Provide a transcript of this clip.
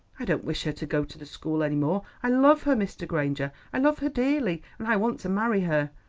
i don't wish her to go to the school any more. i love her, mr. granger, i love her dearly, and i want to marry her.